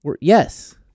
Yes